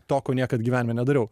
to ko niekad gyvenime nedariau